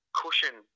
cushion